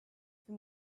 for